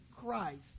Christ